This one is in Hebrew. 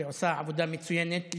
שעושה עבודה מצוינת,